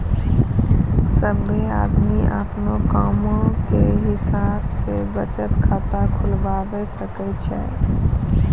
सभ्भे आदमी अपनो कामो के हिसाब से बचत खाता खुलबाबै सकै छै